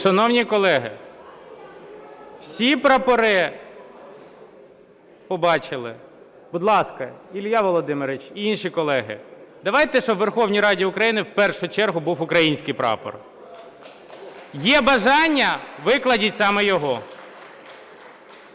Шановні колеги, всі прапори побачили? Будь ласка, Ілля Володимирович, і інші колеги, давайте, щоб у Верховній Раді України в першу чергу був український прапор. Є бажання, викладіть саме його.